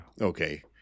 Okay